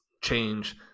change